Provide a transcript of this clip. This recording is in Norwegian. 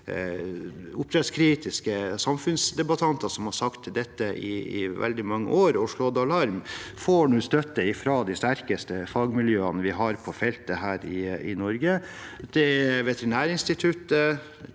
oppdrettskritiske samfunnsdebattanter som har sagt dette i veldig mange år og slått alarm. De får nå støtte ifra de sterkeste fagmiljøene vi har på feltet her i Norge: Veterinærinstituttet,